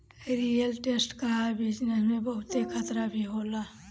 real estate कअ business में बहुते खतरा भी होला